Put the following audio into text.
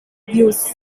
views